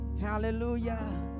Hallelujah